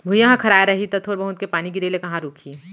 भुइयॉं ह खराय रही तौ थोर बहुत के पानी गिरे ले कहॉं रूकही